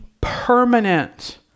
permanent